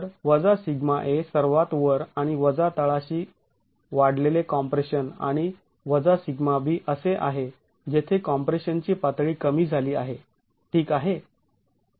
तर σa सर्वात वर आणि वजा तळाशी वाढलेले कॉम्प्रेशन आणि σb असे आहे जेथे कॉम्प्रेशनची पातळी कमी झाली आहे ठीक आहे